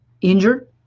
injured